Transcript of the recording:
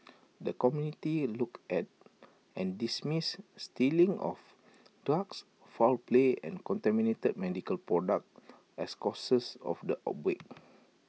the committee looked at and dismissed stealing of drugs foul play and contaminated medical products as causes of the outbreak